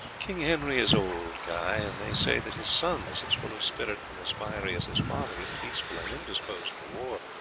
king henry is old, guy and they say that his son is as full of spirit and as fiery as his father is peaceful and indisposed for war.